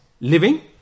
living